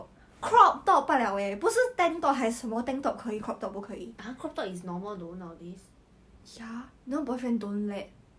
then 他他在 cliff 家楼下等六个小时 I told you this before right six hours leh